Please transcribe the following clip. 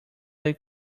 they